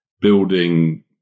building